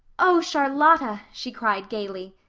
oh, charlotta, she cried gaily,